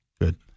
Good